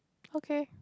okay